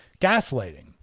gaslighting